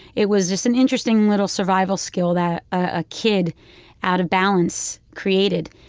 it was just an interesting little survival skill that a kid out of balance created.